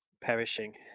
perishing